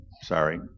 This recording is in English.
sorry